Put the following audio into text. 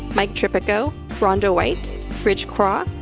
mike tripaco. rhonda white rich kwok.